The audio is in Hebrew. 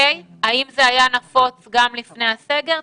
האם זה היה נפוץ גם לפני הסגר?